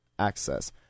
access